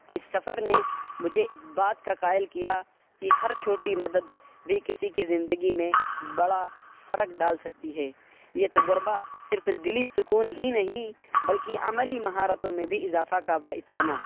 اس سفر نے مجھے اس بات کا قائل کیا کہ ہر چھوٹی مدد بھی کسی کی زندگی میں بڑا فرق ڈال سکتی ہے یہ تجربہ صرف دلی سکون ہی نہیں بلکہ عملی مہارتوں میں بھی اضافہ کا باعث بنا